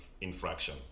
infraction